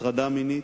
הטרדה מינית,